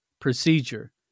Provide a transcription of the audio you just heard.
procedure